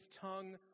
tongue